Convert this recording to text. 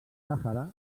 sàhara